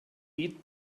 eat